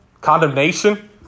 condemnation